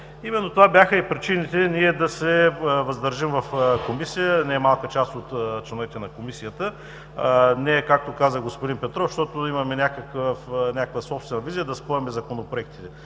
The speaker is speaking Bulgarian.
Именно това бяха и причините да се въздържим в Комисията, немалка част от членовете на Комисията, не както каза господин Петров, защото имаме някаква собствена визия, да спъваме законопроектите.